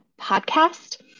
podcast